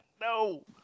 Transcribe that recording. No